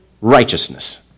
righteousness